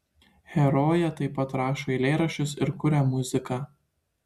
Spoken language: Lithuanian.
herojė taip pat rašo eilėraščius ir kuria muziką